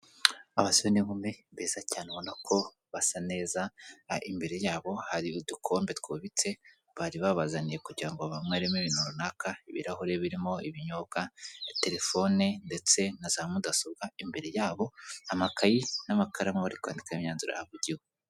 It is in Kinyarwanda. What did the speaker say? Abasore n'inkumi beza cyane ubona ko basa neza imbere yabo hari udukombe twubitse bari babazaniye kugira ngo banyweremo ibintu runaka, ibirahuri birimo ibinyobwa na telefone ndetse na za mudasobwa imbere yabo amakayi n'amakaramu bari kwandika imyanzuro yahavugiwe.